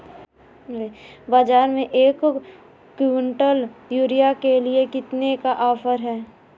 बाज़ार में एक किवंटल यूरिया पर कितने का ऑफ़र है?